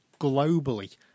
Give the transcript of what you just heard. globally